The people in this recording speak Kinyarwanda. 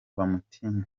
bamutinya